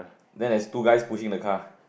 then there's two guys pushing the car